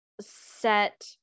set